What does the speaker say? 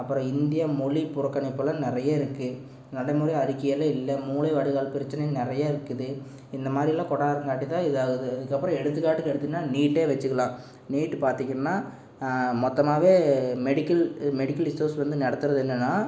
அப்புறம் இந்திய மொழிப் புறக்கணிப்பெல்லாம் நிறைய இருக்குது நடைமுறை அறிக்கையால் இல்லை மூலை வடுகால் பிரச்சனை நிறையா இருக்குது இந்தமாதிரிலாம் கொடரங்காட்டிதான் இதாகுது இதுக்கப்புறம் எடுத்துக்காட்டுக்கு எடுத்திங்கன்னா நீட்டே வச்சுக்கலாம் நீட்டு பார்த்திங்கனா மொத்தமாகவே மெடிக்கல் மெடிக்கல் ரிசோர்ஸ் நடத்துகிறது என்னென்னா